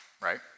right